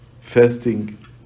Fasting